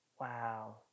Wow